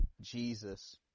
Jesus